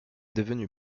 devenue